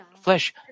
flesh